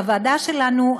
בוועדה שלנו,